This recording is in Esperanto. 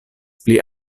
pli